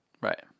Right